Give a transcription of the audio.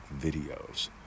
videos